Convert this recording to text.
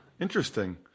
interesting